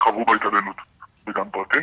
שחוו התעללות בגן פרטי,